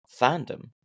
fandom